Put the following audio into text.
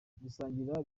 gusangira